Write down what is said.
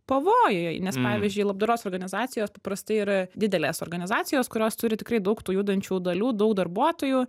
pavojai nes pavyzdžiui labdaros organizacijos paprastai yra didelės organizacijos kurios turi tikrai daug tų judančių dalių daug darbuotojų